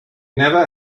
never